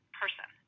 person